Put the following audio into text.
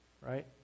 Right